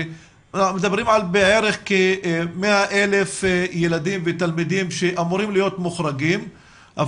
אנחנו מדברים על בערך כ-100,000 ילדים ותלמידים שאמורים להיות מוחרגים,